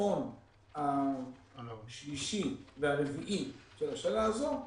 ברבעון השלישי והרביעי של השנה הזו,